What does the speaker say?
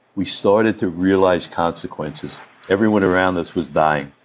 we started to realize consequences everyone around us was dying.